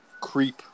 creep